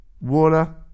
water